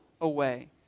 away